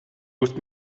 musst